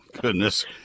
Goodness